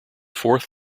fourth